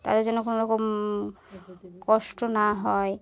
তাদের যেন কোনো রকম কষ্ট না হয়